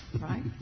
right